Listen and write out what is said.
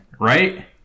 right